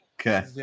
Okay